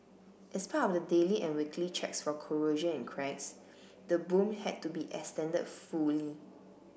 as part of the daily and weekly checks for corrosion and cracks the boom had to be extended fully